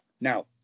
Now